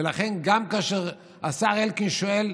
ולכן, גם כאשר השר אלקין שואל: